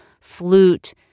flute